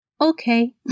okay